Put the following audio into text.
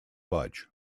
budge